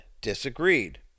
disagreed